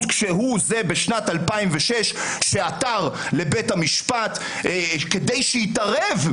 כשהוא זה בשנת 2006 שעתר לבית המפשט כדי שיתערב,